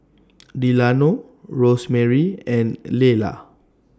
Delano Rosemarie and Lelah